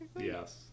Yes